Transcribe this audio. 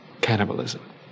cannibalism